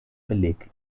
beleg